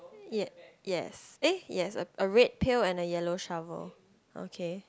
yeah yes eh yes a a red pail and a yellow shovel okay